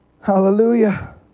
hallelujah